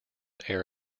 air